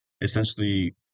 essentially